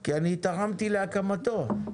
כי אני תרמתי להקמתו.